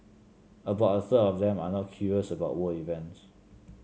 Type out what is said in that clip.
about a third of them are not curious about world events